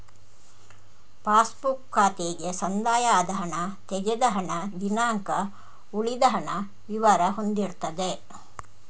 pass book ಖಾತೆಗೆ ಸಂದಾಯ ಆದ ಹಣ, ತೆಗೆದ ಹಣ, ದಿನಾಂಕ, ಉಳಿದ ಹಣದ ವಿವರ ಹೊಂದಿರ್ತದೆ